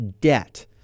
debt